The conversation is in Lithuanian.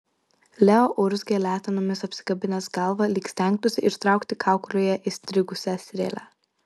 leo urzgė letenomis apsikabinęs galvą lyg stengtųsi ištraukti kaukolėje įstrigusią strėlę